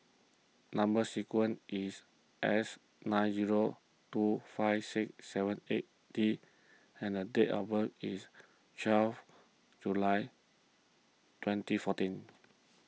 Number Sequence is S nine zero two five six seven eight D and date of birth is twelve July twenty fourteen